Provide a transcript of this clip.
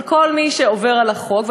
אבל כל מי שעובר על החוק,